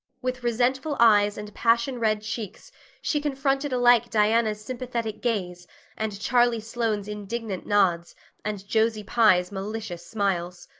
with resentful eyes and passion-red cheeks she confronted alike diana's sympathetic gaze and charlie sloane's indignant nods and josie pye's malicious smiles.